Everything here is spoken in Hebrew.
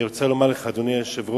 אני רוצה לומר לך, אדוני היושב-ראש,